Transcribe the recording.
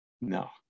No